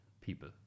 people